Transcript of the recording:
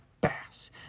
bass